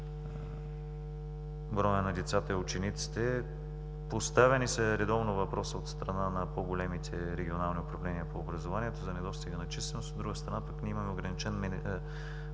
броя на децата и учениците. Поставяни са редовно въпроси от страна на по-големите регионални управления по образование за недостиг на численост. От друга страна, имаме ограничен